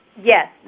Yes